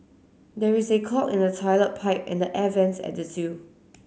there is a clog in the toilet pipe and the air vents at the zoo